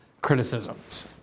criticisms